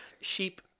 sheep